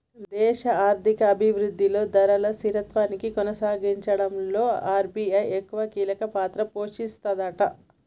దేశ ఆర్థిక అభివృద్ధిలో ధరలు స్థిరత్వాన్ని కొనసాగించడంలో ఆర్.బి.ఐ ఎక్కువ కీలక పాత్ర పోషిస్తదట